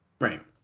Right